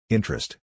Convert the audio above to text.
Interest